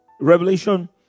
Revelation